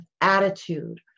attitude